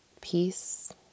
Peace